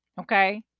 Okay